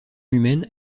humaine